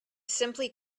simply